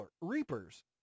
reapers